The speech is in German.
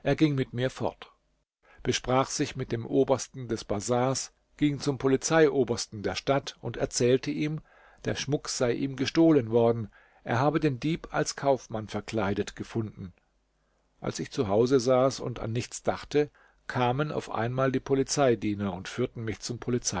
mit mir fort besprach sich mit dem obersten des bazars ging zum polizeiobersten der stadt und erzählte ihm der schmuck sei ihm gestohlen worden er habe den dieb als kaufmann verkleidet gefunden als ich zu hause saß und an nichts dachte kamen auf einmal die polizeidiener und führten mich zum